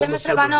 12 בנות.